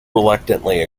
reluctantly